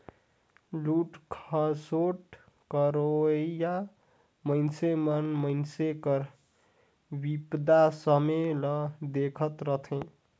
लूट खसोट करोइया मइनसे मन मइनसे कर बिपदा समें ल देखत रहथें